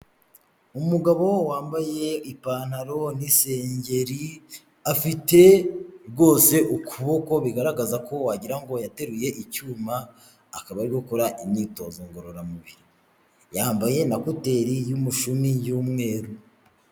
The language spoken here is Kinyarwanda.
Umugabo wambaye ipantaro n'isengeri, afite rwose ukuboko bigaragaza ko wagira ngo yateruye icyuma akaba ari gukora imyitozo ngororamubiri, yambaye na kuteri y'umushumi y'umweru.